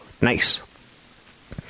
nice